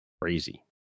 crazy